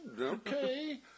Okay